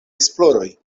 esploroj